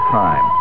time